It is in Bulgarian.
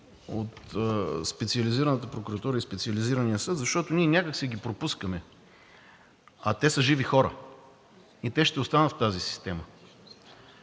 от Специализираната прокуратурата и Специализирания съд, защото ние някак си ги пропускаме, те са живи хора и ще останат в тази система,